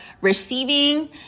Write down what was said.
receiving